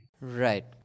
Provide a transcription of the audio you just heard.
Right